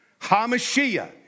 Hamashiach